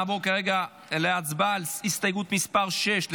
נעבור להצבעה על הסתייגות מס' 6,